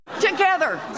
Together